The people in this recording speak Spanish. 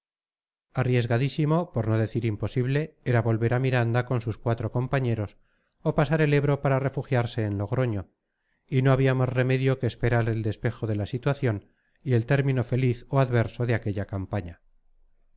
lugares arriesgadísimo por no decir imposible era volver a miranda con sus cuatro compañeros o pasar el ebro para refugiarse en logroño y no había más remedio que esperar el despejo de la situación y el término feliz o adverso de aquella campaña